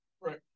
Right